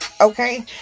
okay